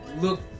look